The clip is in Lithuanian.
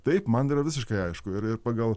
taip man yra visiškai aišku ir ir pagal